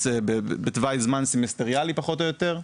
בתווי זמן סמסטריאלי פחות או יותר.